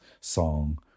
song